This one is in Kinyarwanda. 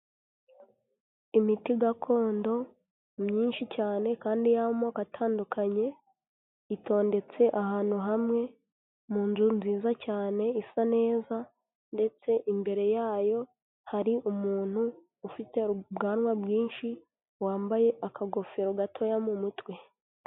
Imiti gakondo myinshi cyane kandi y'amoko atandukanye itondetse ahantu hamwe, mu nzu nziza cyane isa neza ndetse imbere yayo hari umuntu ufite ubwanwa bwinshi, wambaye akagofero gatoya mu mutwe.